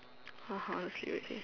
okay okay